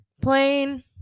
plane